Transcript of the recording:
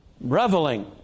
reveling